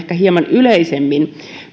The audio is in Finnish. yleisemmin